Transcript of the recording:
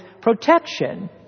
protection